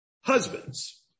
Husbands